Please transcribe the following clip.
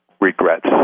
regrets